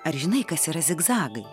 ar žinai kas yra zigzagai